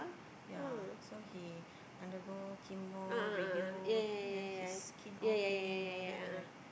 yea so he undergo chemo radio then his skin all peeling and all that right